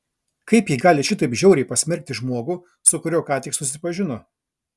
kaip ji gali šitaip žiauriai pasmerkti žmogų su kuriuo ką tik susipažino